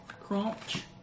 Crunch